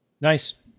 Nice